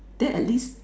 then at least